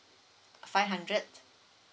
five hundred